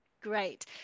Great